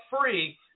free